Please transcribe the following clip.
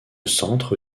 centre